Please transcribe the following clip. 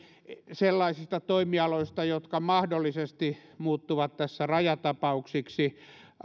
sellaisista toimialoista jotka mahdollisesti muuttuvat tässä rajatapauksiksi